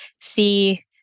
see